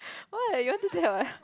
what you all do that what